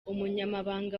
umunyamabanga